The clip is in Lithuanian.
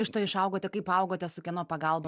iš to išaugote kaip augote su kieno pagalba